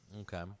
Okay